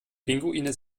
pinguine